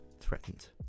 threatened